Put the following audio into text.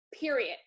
period